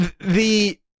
the-